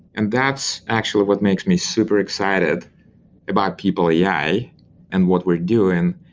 and that's actually what makes me super excited about people ai and what we're doing,